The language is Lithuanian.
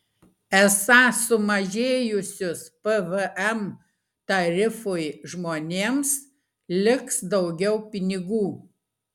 esą sumažėjusius pvm tarifui žmonėms liks daugiau pinigų